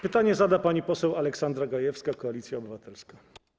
Pytanie zada pani poseł Aleksandra Gajewska, Koalicja Obywatelska.